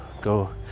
go